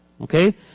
Okay